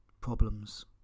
problems